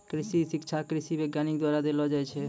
कृषि शिक्षा कृषि वैज्ञानिक द्वारा देलो जाय छै